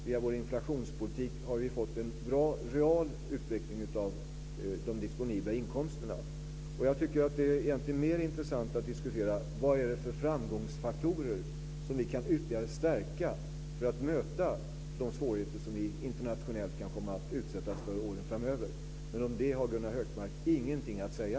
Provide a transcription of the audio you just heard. Via vår inflationspolitik har vi fått en bra real utveckling av de disponibla inkomsterna. Det är egentligen mer intressant att diskutera vad det är för framgångsfaktorer som vi kan ytterligare stärka för att möta de svårigheter som vi internationellt kan komma att utsättas för åren framöver. Om det har Gunnar Hökmark ingenting att säga.